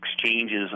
exchanges